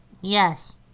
yes